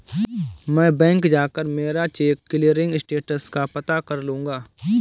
मैं बैंक जाकर मेरा चेक क्लियरिंग स्टेटस का पता कर लूँगा